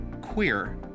queer